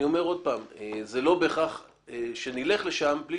אני אומר שוב שזה לא בהכרח שנלך לשם בלי